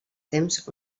temps